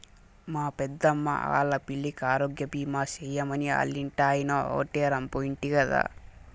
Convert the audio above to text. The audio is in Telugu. మా పెద్దమ్మా ఆల్లా పిల్లికి ఆరోగ్యబీమా సేయమని ఆల్లింటాయినో ఓటే రంపు ఇంటి గదా